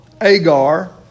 Agar